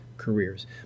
careers